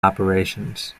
operations